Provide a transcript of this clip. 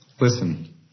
Listen